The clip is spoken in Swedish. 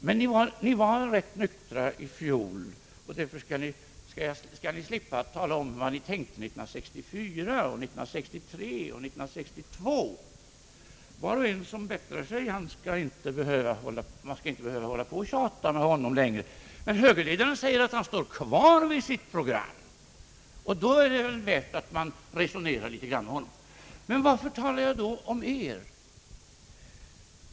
Men ni var rätt nyktra i fjol, och därför skall ni slippa att tala om vad ni tänkte 1964 och 1963 och 1962 — man skall inte hålla på och tjata på den som bättrar sig. Men högerledaren säger att han står kvar vid sitt program, och då är det väl riktigt att man resonerar litet med honom. Men varför talar jag då om centern?